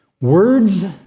Words